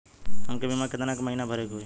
हमके बीमा केतना के महीना भरे के होई?